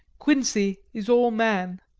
quincey is all man.